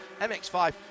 MX5